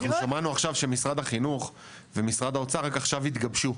אנחנו שמענו שמשרד החינוך ומשרד האוצר רק עכשיו התגבשו.